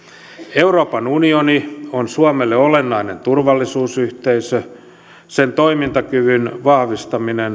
euroopan unioni on suomelle olennainen turvallisuusyhteisö sen toimintakyvyn vahvistaminen